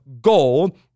goal